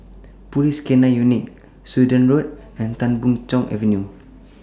Police K nine Unit Sudan Road and Tan Boon Chong Avenue